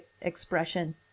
expression